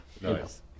Nice